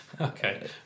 Okay